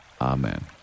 Amen